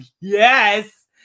yes